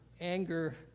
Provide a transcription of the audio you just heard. anger